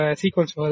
sequence